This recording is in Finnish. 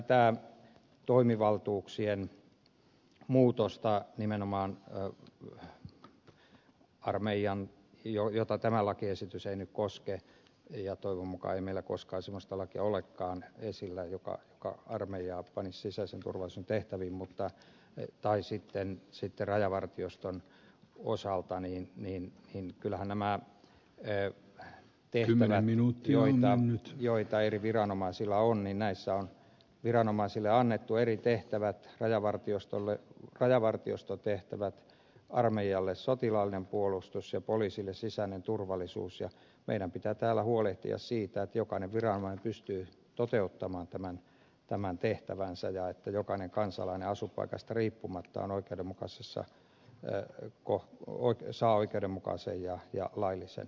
tässä toimivaltuuksien muutoksessa nimenomaan armeijan kannalta jota tämä lakiesitys ei nyt koske ja toivon mukaan ei meillä koskaan semmoista lakia olekaan esillä joka armeijaa panisi sisäisen turvallisuuden tehtäviin tai sitten rajavartioston osalta niin mihin en kyllä nämä hellä pehmeänä minuuttiohjelmia joita eri viranomaisilla on kyllä viranomaisille annettu eri tehtävät rajavartiostolle rajavartiostotehtävät armeijalle sotilaallinen puolustus ja poliisille sisäinen turvallisuus ja meidän pitää täällä huolehtia siitä että jokainen viranomainen pystyy toteuttamaan tämän tehtävänsä ja että jokainen kansalainen asuinpaikasta riippumatta saa oikeudenmukaisen ja laillisen kohtelun